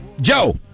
Joe